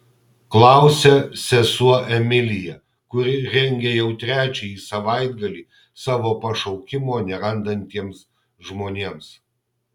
klausia sesuo emilija kuri rengia jau trečiąjį savaitgalį savo pašaukimo nerandantiems žmonėms